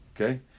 okay